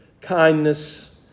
kindness